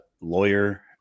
lawyer